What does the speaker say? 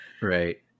right